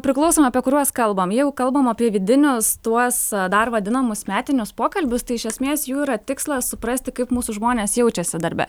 priklauso nuo apie kuriuos kalbam jau kalbam apie vidinius tuos dar vadinamus metinius pokalbius tai iš esmės jų yra tikslas suprasti kaip mūsų žmonės jaučiasi darbe